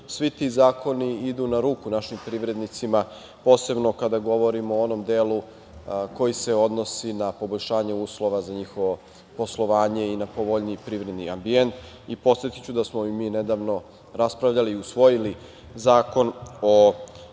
Svi ti zakoni idu na ruku našim privrednicima, posebno kada govorimo o onom delu koji se odnosi na poboljšanje uslova za njihovo poslovanje i na povoljniji privredni ambijent. Podsetiću da smo i mi nedavno raspravljali i usvojili Zakon o